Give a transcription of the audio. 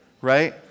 Right